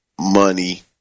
money